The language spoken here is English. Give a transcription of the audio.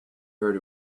her